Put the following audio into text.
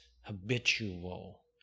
habitual